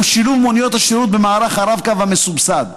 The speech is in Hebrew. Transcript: והוא שילוב מוניות השירות במערך הרב-קו המסובסד.